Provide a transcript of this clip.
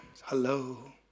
Hello